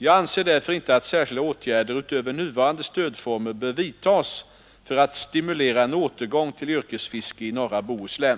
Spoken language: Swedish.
Jag anser därför inte att särskilda åtgärder, utöver nuvarande stödformer, bör vidtas för att stimulera en återgång till yrkesfiske i norra Bohuslän.